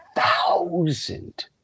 thousand